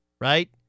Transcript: right